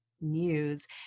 news